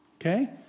Okay